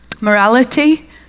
Morality